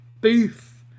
beef